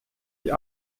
die